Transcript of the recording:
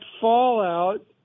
fallout